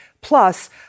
plus